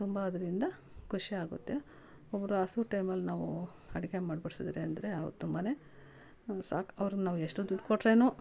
ತುಂಬ ಅದರಿಂದ ಖುಷಿಯಾಗುತ್ತೆ ಒಬ್ಬರ ಹಸಿವು ಟೈಮಲ್ಲಿ ನಾವು ಅಡಿಗೆ ಮಾಡಿ ಬಡಿಸಿದ್ರೆ ಅಂದರೆ ಅವ್ರು ತುಂಬಾ ಸಾಕು ಅವ್ರನ್ನು ನಾವು ಎಷ್ಟು ದುಡ್ಡು ಕೊಟ್ರೇನು